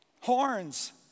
horns